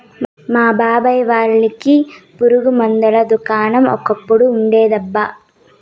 మా బాబాయ్ వాళ్ళకి పురుగు మందుల దుకాణం ఒకప్పుడు ఉండేదబ్బా